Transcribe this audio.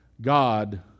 God